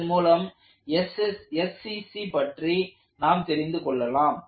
இதன் மூலம் SCC பற்றி நாம் தெரிந்து கொள்ளலாம்